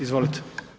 Izvolite.